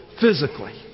physically